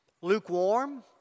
lukewarm